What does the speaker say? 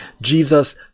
Jesus